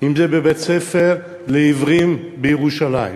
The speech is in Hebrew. ואם זה בבית-ספר לעיוורים בירושלים,